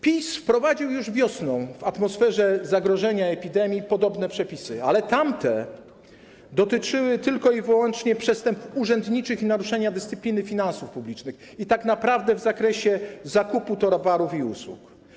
PiS wprowadził już wiosną w atmosferze zagrożenia epidemią podobne przepisy, ale tamte dotyczyły tylko i wyłącznie przestępstw urzędniczych i naruszenia dyscypliny finansów publicznych i tak naprawdę w zakresie zakupu towarów i usług.